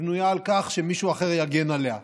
בנויה על כך שמישהו אחר יגן עליה.